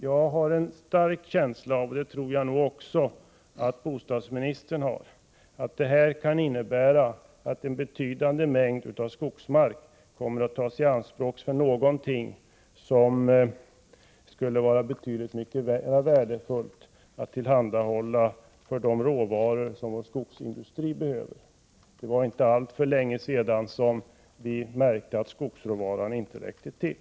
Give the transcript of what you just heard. Jag har en stark känsla av — det tror jag att också bostadsministern har — att detta kan innebära att en betydande mängd av skogsmark kommer att tas i anspråk för någonting som skulle vara betydligt mera värdefullt att tillhandahålla för de råvaror som vår skogsindustri behöver. Det var inte alltför länge sedan som vi märkte att skogsråvaran inte räckte till.